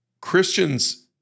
Christians